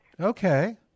Okay